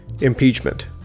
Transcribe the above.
impeachment